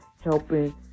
helping